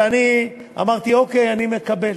ואני אמרתי: אוקיי, אני מקבל,